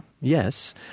yes